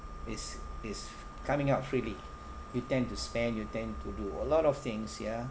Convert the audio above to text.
is is coming out freely you tend to spend you tend to do a lot of things ya